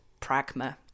Pragma